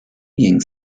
being